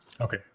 okay